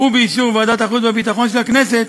ובאישור ועדת החוץ והביטחון של הכנסת,